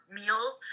meals